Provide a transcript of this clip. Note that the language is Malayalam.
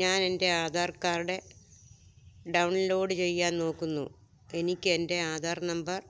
ഞാൻ എന്റെ ആധാർ ക്കാർഡ് ഡൗൺലോഡ് ചെയ്യാൻ നോക്കുന്നു എനിക്ക് എന്റെ ആധാർ നമ്പർ